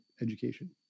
education